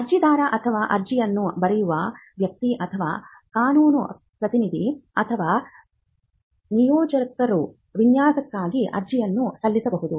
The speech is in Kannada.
ಅರ್ಜಿದಾರ ಅಥವಾ ಅರ್ಜಿಯನ್ನು ಬರೆಯುವ ವ್ಯಕ್ತಿ ಅಥವಾ ಕಾನೂನು ಪ್ರತಿನಿಧಿ ಅಥವಾ ನಿಯೋಜಕರು ವಿನ್ಯಾಸಕ್ಕಾಗಿ ಅರ್ಜಿಯನ್ನು ಸಲ್ಲಿಸಬಹುದು